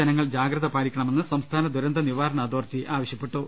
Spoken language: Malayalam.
ജനങ്ങൾ ജാഗ്രത പാലിക്കണമെന്ന് സംസ്ഥാന ദുരന്ത നിവാരണ അതോറിറ്റി ആവശ്യപ്പെട്ടു